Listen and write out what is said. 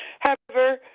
however,